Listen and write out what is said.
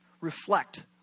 reflect